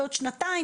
בעוד שנתיים,